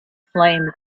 flame